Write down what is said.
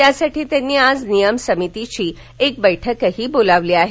त्यासाठी त्यांनी आज नियम समितीची एक बैठकही बोलावली आहे